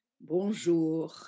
bonjour